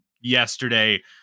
yesterday